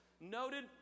noted